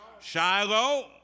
Shiloh